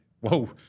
whoa